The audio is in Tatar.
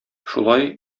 шулай